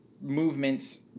movements